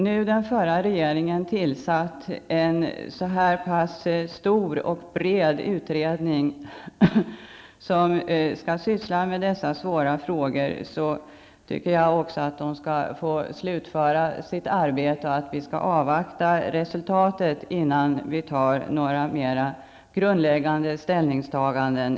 Då den förra regeringen har tillsatt en stor och bred beredning som skall syssla med dessa svåra frågor, tycker jag också att beredningen skall få slutföra sitt arbete. Vi får avvakta resultatet, innan vi på ett grundläggande sätt tar ställning.